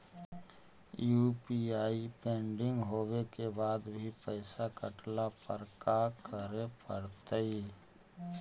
UPI pending होवे के बाद भी पैसा कटला पर का करे पड़तई?